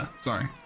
sorry